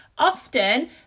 often